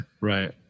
Right